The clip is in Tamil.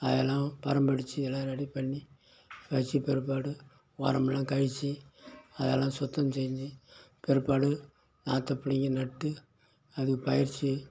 அதெல்லாம் பரம்படிச்சு எல்லாம் ரெடி பண்ணி அடிச்ச பிற்பாடு உரம்லாம் கழிச்சு அதெல்லாம் சுத்தம் செஞ்சு பிற்பாடு நாற்றை பிடிங்கி நட்டு அது பயிர் செ